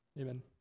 Amen